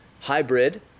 hybrid